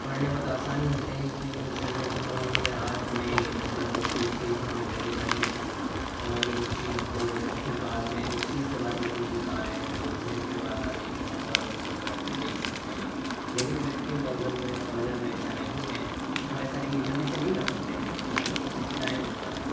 پرھنے میں بہت آسانی ہوتی ہے کیونکہ ان چیزوں کو ہم ہمیں آپ میں مطلب کوئی چیز ہم نے پہلے پڑھی اور اس چیز کو مطلب پھر بعد میں اس چیز کے بارے میں کوئی چیز آئے تو ذہن پہ بات آتی ہے تو ہم فوراً اس کو پلٹ کے دیکھ سکتے ہیں لیکن الیکٹرک ورژن میں ورژن میں ایسا نہیں ہے ہم ایسا نہیں جلدی سے نہیں کر سکتے ہیں مطلب اس میں بہت ٹائم لگتا ہے